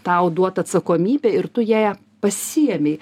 tau duotą atsakomybę ir tu ją pasiėmei